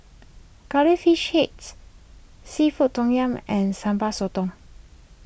Curry Fish Heads Seafood Tom Yum and Sambal Sotong